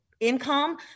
Income